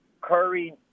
Curry